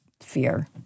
fear